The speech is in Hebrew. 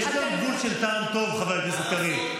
יש גם גבול של טעם טוב, חבר הכנסת קריב.